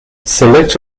select